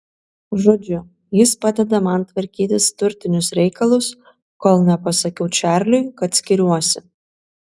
žodžiu jis padeda man tvarkytis turtinius reikalus kol nepasakiau čarliui kad skiriuosi